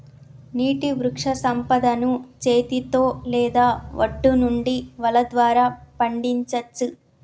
నీటి వృక్షసంపదను చేతితో లేదా ఒడ్డు నుండి వల ద్వారా పండించచ్చు